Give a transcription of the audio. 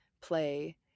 play